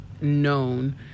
known